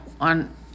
on